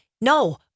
No